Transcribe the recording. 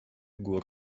gór